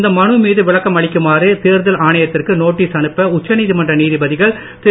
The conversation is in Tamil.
இந்த மனு மீது விளக்கம் அளிக்குமாறு தேர்தல் ஆணையத்திற்கு நோட்டீஸ் அனுப்ப உச்சநீதிமன்ற நீதிபதிகள் திரு